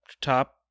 top